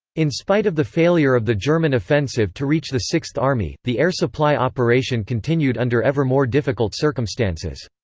in spite of the failure of the german offensive to reach the sixth army, the air supply operation continued under ever more difficult circumstances.